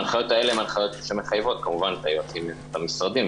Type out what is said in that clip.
ההנחיות האלה הן הנחיות שמחייבות כמובן את היועצים במשרדים,